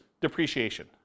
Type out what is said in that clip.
depreciation